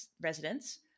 residents